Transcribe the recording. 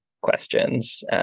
questions